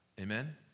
Amen